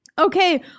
Okay